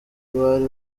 bari